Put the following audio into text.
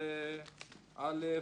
בסעיף 11(א)(5)